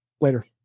Later